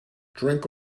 drink